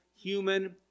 human